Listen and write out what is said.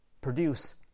produce